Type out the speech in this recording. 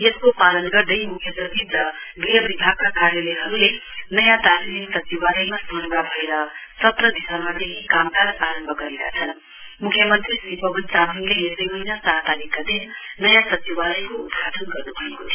यसको पालन गर्दै मुख्य सचिव र गृह विभागका कार्यलयहरुले नयाँ टाशिलिङ सचिवालयमा सरुवा भएका सत्र दिसम्वरदेखि कामकाज आरम्भ गरेका छन म्ख्यमन्त्री श्री पवन चामलिङले यसै महीना चार तारीकका नयाँ सचिवालयको उद्घाटन गर्न्भएको थियो